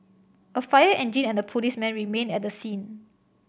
a fire engine and a policeman remained at the scene